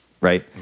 right